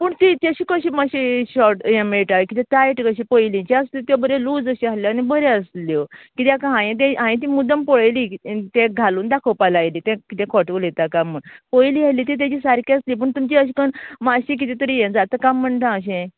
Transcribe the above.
पूण ती तेचे कशें मात्शी शाॅर्ट ये मेळटा किद्याक टायट कशी पयलीच्यो आसता त्यो बऱ्यो लूज अशें आसल्यो आनी बऱ्यो आसल्यो कित्याक हाये तें हायेन तें मुद्दांम पळयली तेका घालून दाखोवपा लायली तें तें खोटे उलयता गाय म्हणून पयली हाडलीं ती तेजी सारकी आसलीं पूण तुमचीं अशें करून मात्शी किदें तरी यें जाता कांय म्हणटा हांव अशें